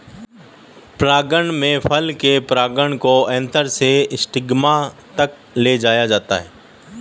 परागण में फल के पराग को एंथर से स्टिग्मा तक ले जाया जाता है